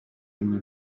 una